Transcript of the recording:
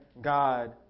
God